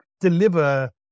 deliver